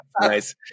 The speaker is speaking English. Nice